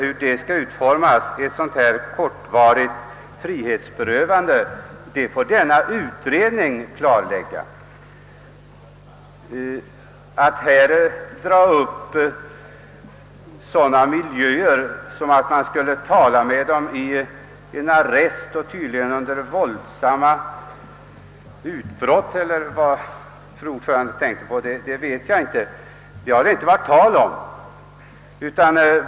Hur ett sådant här kortvarigt frihetsberövande, som vi föreslagit, sedan skall utformas får utredningen klarlägga. Vi kan nu inte diskutera miljön och att man skall tala med brottslingarna i en arrest och under våldsamma utbrott eller hur utskottets ordförande nu uttryckte sig. Något sådant har inte varit på tal.